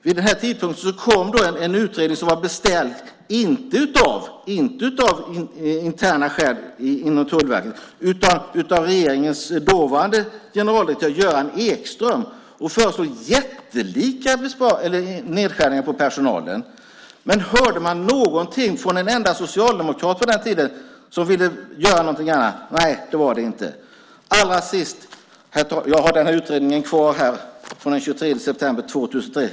Vid den här tidpunkten kom en utredning som inte var beställd av interna skäl inom Tullverket utan av regeringens dåvarande generaldirektör Göran Ekström. Den föreslog jättelika nedskärningar av personalen. Men hörde man någonting från en enda socialdemokrat på den tiden som ville göra någonting annat? Nej, det gjorde man inte. Jag har kvar den här utredningen från den 23 september 2003.